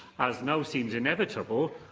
as now seems inevitable,